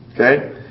Okay